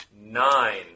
Nine